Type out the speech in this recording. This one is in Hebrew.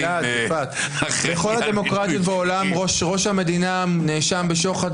בכל הדמוקרטיות בעולם ראש המדינה נאשם בשוחד,